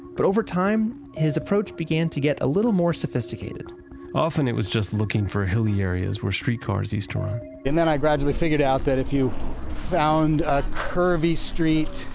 but over time, his approach began to get a little more sophisticated often, it was just looking for hilly areas where streetcars used to run and then i gradually figured out that if you found a curvy street,